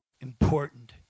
important